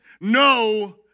no